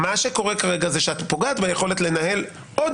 מה שקורה כרגע שאת פוגעת ביכולת לנהל עוד